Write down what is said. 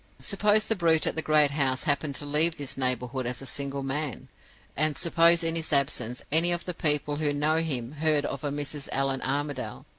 suppose the brute at the great house happened to leave this neighborhood as a single man and suppose, in his absence, any of the people who know him heard of a mrs. allan armadale,